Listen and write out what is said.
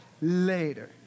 Later